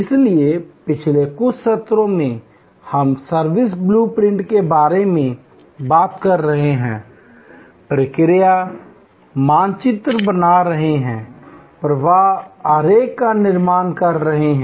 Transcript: इसलिए पिछले कुछ सत्रों में हम सर्विस ब्लू प्रिंटिंग के बारे में बात कर रहे हैं प्रक्रिया मानचित्र बना रहे हैं प्रवाह आरेख का निर्माण कर रहे हैं